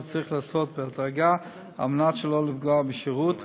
שצריך להיעשות בהדרגה על מנת שלא לפגוע בשירות,